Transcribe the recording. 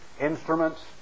instruments